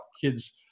kids